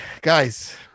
Guys